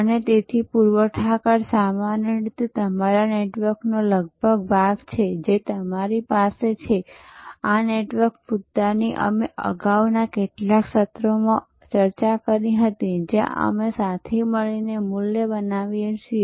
અને તેથી પૂરવઠાકર સામાન્ય રીતે તમારા નેટવર્કનો લગભગ ભાગ છે જે અમારી પાસે છે આ નેટવર્ક મુદ્દાની અમે અગાઉના કેટલાક સત્રોમાં અગાઉ ચર્ચા કરી હતી જ્યાં અમે સાથે મળીને મૂલ્ય બનાવીએ છીએ